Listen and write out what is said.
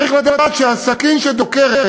צריך לדעת שהסכין שדוקרת